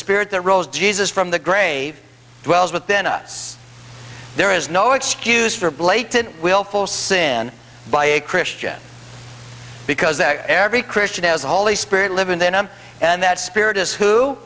spirit that rose jesus from the grave well is within us there is no excuse for blatant willful sin by a christian because every christian has a holy spirit living then him and that spirit is who